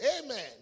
Amen